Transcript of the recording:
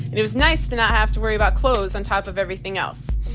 and it was nice to not have to worry about clothes on top of everything else.